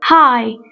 Hi